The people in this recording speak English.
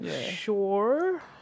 Sure